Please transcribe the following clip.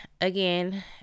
again